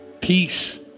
peace